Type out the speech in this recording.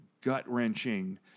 gut-wrenching